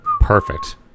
Perfect